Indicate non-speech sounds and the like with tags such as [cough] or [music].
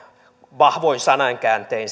vahvoin sanankääntein [unintelligible]